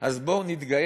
אז בואו נתגייר.